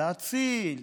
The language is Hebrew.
להציל,